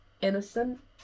innocent